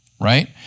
right